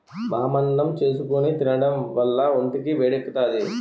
వామన్నం చేసుకుని తినడం వల్ల ఒంటికి వేడెక్కుతాది